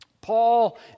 Paul